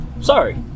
Sorry